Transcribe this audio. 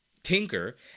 tinker